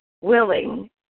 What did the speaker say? willing